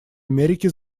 америки